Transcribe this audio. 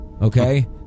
Okay